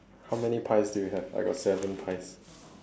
how many pies do you have I got seven pies